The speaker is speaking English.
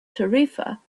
tarifa